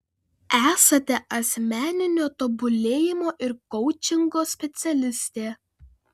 esate asmeninio tobulėjimo ir koučingo specialistė